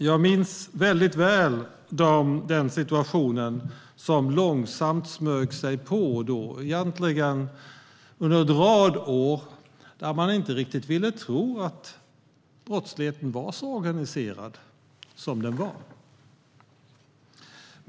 Jag minns mycket väl den situation som långsamt smög sig på, egentligen under en rad år när man inte riktigt ville tro att brottsligheten var så organiserad som den var.